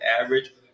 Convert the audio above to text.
average